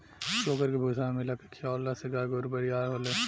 चोकर के भूसा में मिला के खिआवला से गाय गोरु बरियार होले